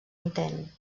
intent